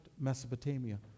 Mesopotamia